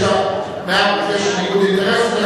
יש ניגוד אינטרסים,